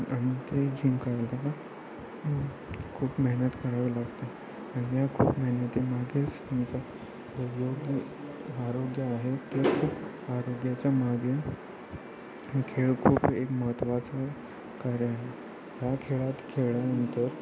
आणि ते जिम काढायला खूप मेहनत करावी लागतं आणि या खूप मेहनती मागेच त्यांचा योग्य आरोग्य आहे ते आरोग्याच्या मागे खेळ खूप एक महत्त्वाचं कार्य आहे ह्या खेळात खेळल्यानंतर